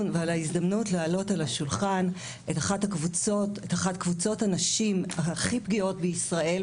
ועל ההזדמנות להעלות את השולחן את אחת מקבוצות הנשים הכי פגיעות בישראל,